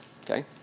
Okay